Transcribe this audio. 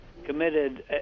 committed